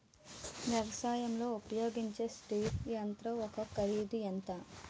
వ్యవసాయం లో ఉపయోగించే స్ప్రే యంత్రం యెక్క కరిదు ఎంత?